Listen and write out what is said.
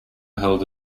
held